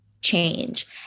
change